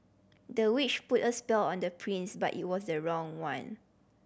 the witch put a spell on the prince but it was the wrong one